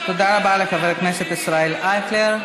תודה רבה לחבר הכנסת ישראל אייכלר.